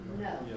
No